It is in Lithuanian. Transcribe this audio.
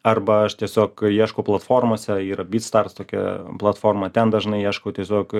arba aš tiesiog ieškau platformose ir beatstars tokia platforma ten dažnai ieškau tiesiog